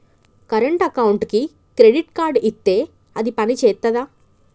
Current అకౌంట్కి credit card ఇత్తే అది పని చేత్తదా?